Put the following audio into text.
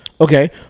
Okay